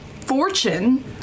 fortune